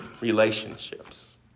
relationships